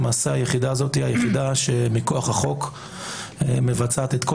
למעשה היחידה הזאת היא היחידה שמכוח החוק מבצעת את כל